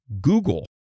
Google